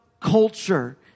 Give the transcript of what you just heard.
culture